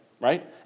right